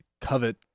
covet